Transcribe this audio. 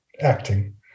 acting